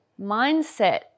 mindset